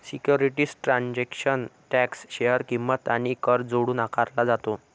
securities transaction tax share किंमत आणि कर जोडून आकारला जातो